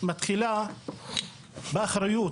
מתחילה באחריות